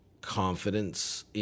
confidence